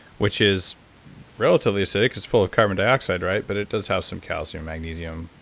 which is relatively acidic. it's full of carbon dioxide, right, but it does have some calcium, magnesium,